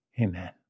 Amen